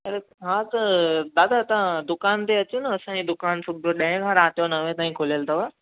हा त दादा तव्हां दुकान ते अचो न असांजे दुकान सुबुह जो ॾहें खां राति जो नवें ताईं खुलियल अथव